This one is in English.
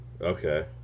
Okay